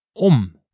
om